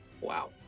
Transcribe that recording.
Wow